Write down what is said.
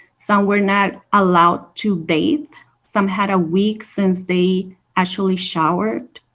some were not allowed to bathe. some had a week since they actually showered.